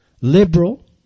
liberal